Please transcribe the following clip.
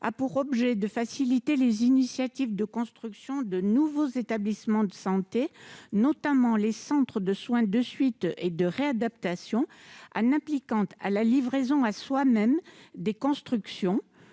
a pour objet de faciliter les initiatives de construction de nouveaux établissements de santé, notamment les centres de soins de suite et de réadaptation, en appliquant à la livraison à soi-même des constructions